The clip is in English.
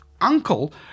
uncle